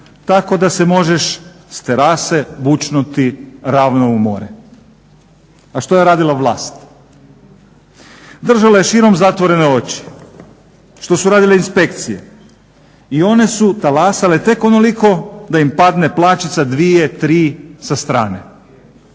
tako da se može s terase bućnuti ravno u more. A što je radila vlast? Držala je širom zatvorene oči. Što su radile inspekcije? I one su talasale tek onoliko da im padne plaćica 2, 3 sastane.